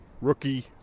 Rookie